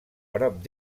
prop